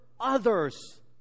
others